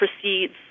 proceeds